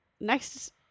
next